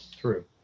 True